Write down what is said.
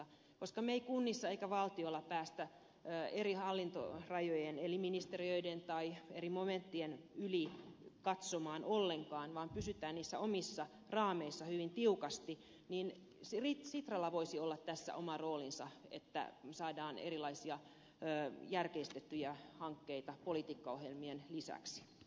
kun me emme kunnissa emmekä valtiolla pääse eri hallintorajojen eli ministeriöiden tai eri momenttien yli katsomaan ollenkaan vaan pysymme niissä omissa raameissamme hyvin tiukasti niin sitralla voisi olla tässä oma roolinsa että me saamme erilaisia järkeistettyjä hankkeita politiikkaohjelmien lisäksi